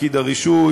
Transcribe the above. פקיד הרישוי,